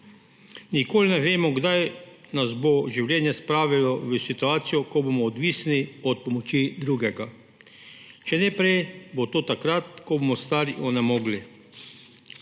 Nikoli ne vemo, kdaj nas bo življenje spravilo v situacijo, ko bomo odvisni od pomoči drugega. Če ne prej, bo to takrat, ko bomo stari in onemogli.